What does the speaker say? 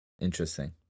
Interesting